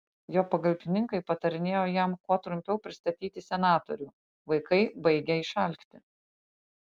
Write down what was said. jo pagalbininkai patarinėjo jam kuo trumpiau pristatyti senatorių vaikai baigią išalkti